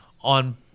on